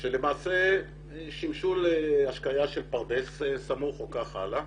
שלמעשה שימשו להשקיה של פרדס סמוך וכך הלאה.